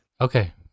Okay